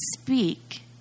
speak